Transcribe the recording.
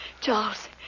Charles